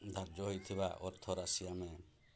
ଧାର୍ଯ୍ୟ ହୋଇଥିବା ଅର୍ଥରାଶି ଆମେ